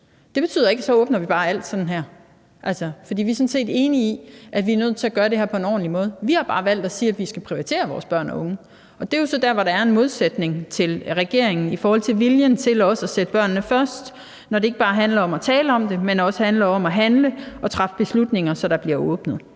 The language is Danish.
alt med det samme. For vi er sådan set enige i, at vi er nødt til at gøre det her på en ordentlig måde. Vi har bare valgt at sige, at vi skal prioritere vores børn og unge, og det er jo så der, hvor der er en modsætning til regeringen i forhold til viljen til at sætte børnene først, når det ikke bare handler om at tale om det, men også handler om at handle og træffe beslutninger, så der bliver åbnet.